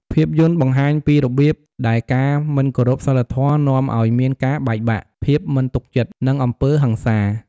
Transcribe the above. ភាពយន្តបង្ហាញពីរបៀបដែលការមិនគោរពសីលធម៌នាំឱ្យមានការបែកបាក់ ភាពមិនទុកចិត្ត និងអំពើហិង្សា។